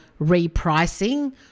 repricing